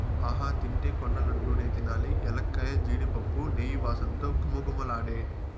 ఆహా తింటే కొండ లడ్డూ నే తినాలి ఎలక్కాయ, జీడిపప్పు, నెయ్యి వాసనతో ఘుమఘుమలాడే